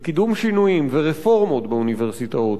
בקידום שינויים ורפורמות באוניברסיטאות,